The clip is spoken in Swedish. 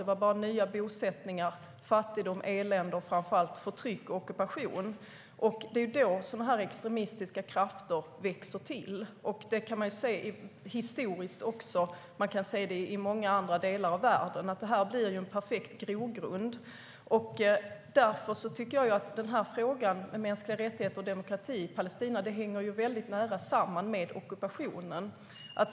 Det var hela tiden nya bosättningar, fattigdom, elände och framför allt förtryck och ockupation. Det är i sådana lägen som extremistiska krafter växer till. Det kan vi se historiskt och i många andra delar av världen. Det blir en perfekt grogrund.Frågan om mänskliga rättigheter och demokrati i Palestina hänger nära samman med ockupationen.